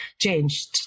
changed